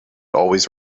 always